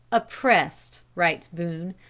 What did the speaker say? oppressed, writes boone,